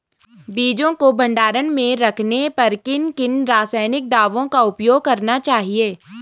बीजों को भंडारण में रखने पर किन किन रासायनिक दावों का उपयोग करना चाहिए?